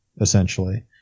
essentially